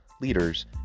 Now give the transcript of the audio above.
leaders